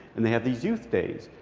and they have these youth days.